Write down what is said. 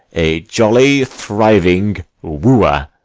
a jolly thriving wooer.